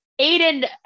Aiden